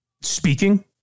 speaking